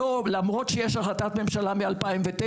למרות שיש החלטת ממשלה מ-2009,